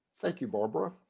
thank you, barbara.